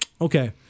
Okay